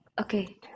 Okay